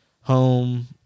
home